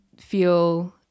feel